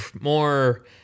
more